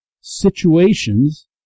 situations